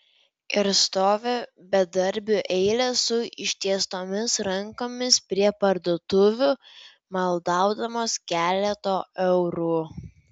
ir stovi bedarbių eilės su ištiestomis rankomis prie parduotuvių maldaudamos keleto eurų